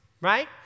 right